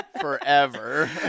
forever